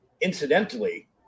incidentally